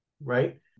right